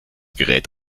gerät